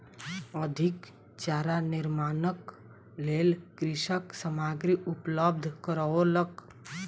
अधिक चारा निर्माणक लेल कृषक सामग्री उपलब्ध करौलक